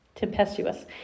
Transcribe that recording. tempestuous